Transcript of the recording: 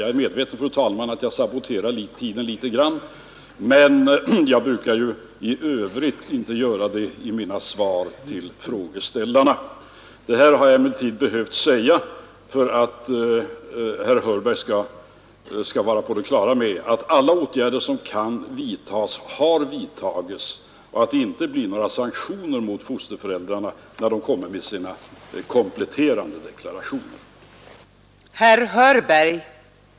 Jag är medveten, fru talman, om att jag saboterar tiden litet grand, men jag brukar ju i övrigt inte göra det i mina svar till frågeställarna. Det här har jag emellertid behövt säga för att herr Hörberg skall vara på det klara med att alla åtgärder som kan vidtas har vidtagits och att det inte blir några sanktioner mot fosterföräldrarna när de lämnar sina kompletterande deklarationer.